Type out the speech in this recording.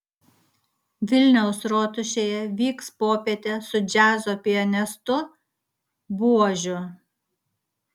vilniaus rotušėje vyks popietė su džiazo pianistu buožiu